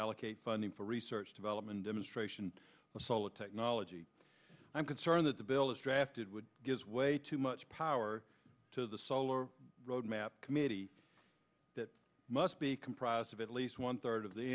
allocate funding for research development demonstration of solid technology i'm concerned that the bill is drafted would gives way too much power to the solar roadmap committee that must be comprised of at least one third of the